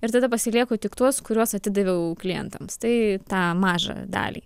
ir tada pasilieku tik tuos kuriuos atidaviau klientams tai tą mažą dalį